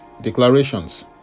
declarations